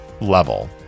level